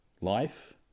Life